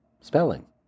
Spelling